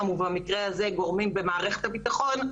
או במקרים האלה גורמים במערכת הביטחון,